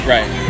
Right